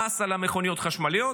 המס על מכוניות חשמליות,